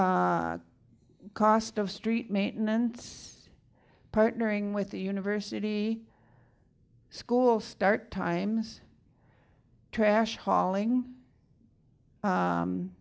cost of street maintenance partnering with the university school start times trash hauling